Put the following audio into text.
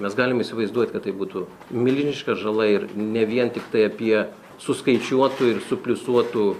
mes galim įsivaizduot kad tai būtų milžiniška žala ir ne vien tiktai apie suskaičiuotų ir supliusuotų